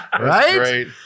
Right